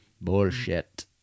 Bullshit